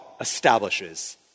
establishes